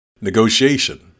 Negotiation